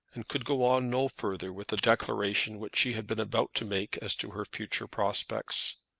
and could go on no further with the declaration which she had been about to make as to her future prospects.